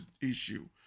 issue